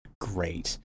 great